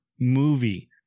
movie